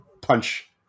punch